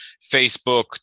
Facebook